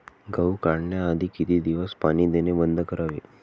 गहू काढण्याआधी किती दिवस पाणी देणे बंद करावे?